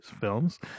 films